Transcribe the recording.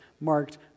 marked